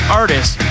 artists